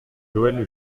joël